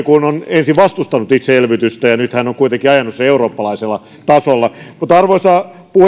kun on ensin itse vastustanut elvytystä ja nyt hän on kuitenkin ajanut sen eurooppalaisella tasolla arvoisa